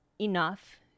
enough